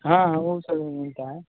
हाँ हा वो सब भी मिलता है